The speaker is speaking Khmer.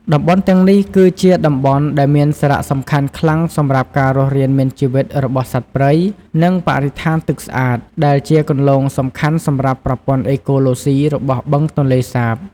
តំបន់ទាំងនេះគឺជាតំបន់ដែលមានសារសំខាន់ខ្លាំងសម្រាប់ការរស់រានមានជីវិតរបស់សត្វព្រៃ និងបរិស្ថានទឹកស្អាត ដែលជាគន្លងសំខាន់សម្រាប់ប្រព័ន្ធអេកូឡូស៊ីរបស់បឹងទន្លេសាប។